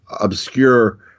obscure